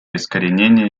искоренения